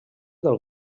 del